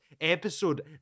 episode